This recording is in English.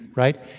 right?